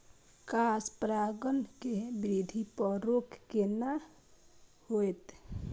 Cross परागण के वृद्धि पर रोक केना होयत?